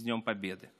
(אומר דברים ברוסית.)